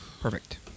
Perfect